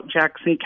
Jackson